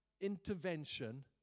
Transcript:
intervention